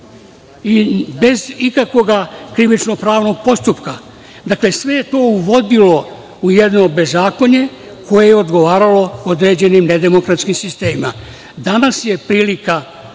bez ikakvog krivično-pravnog postupka. Dakle, sve je to uvodilo u jedno bezakonje koje je odgovaralo određenim nedemokratskim sistemima. Danas je prilika,